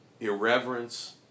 irreverence